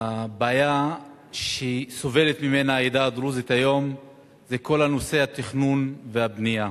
הבעיה שסובלת ממנה העדה הדרוזית היום זה כל נושא התכנון והבנייה.